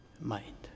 mind